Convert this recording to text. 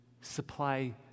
supply